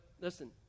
listen